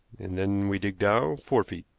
and then we dig down four feet.